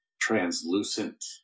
translucent